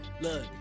look